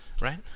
right